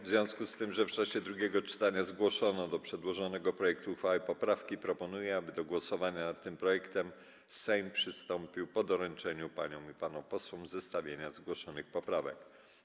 W związku z tym, że w czasie drugiego czytania zgłoszono do przedłożonego projektu uchwały poprawki, proponuję, aby do głosowania nad tym projektem Sejm przystąpił po doręczeniu paniom i panom posłom zestawienia zgłoszonych poprawek.